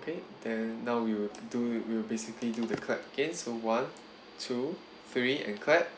okay then now we will do we'll basically do the clap again so one two three and clap